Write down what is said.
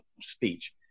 speech